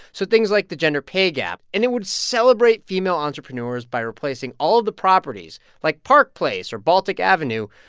so things like the gender pay gap, and it would celebrate female entrepreneurs by replacing all of the properties, like park place or baltic avenue,